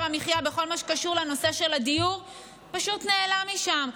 המחיה בכל מה שקשור לנושא של הדיור פשוט נעלם משם.